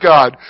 God